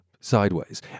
sideways